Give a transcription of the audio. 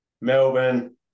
Melbourne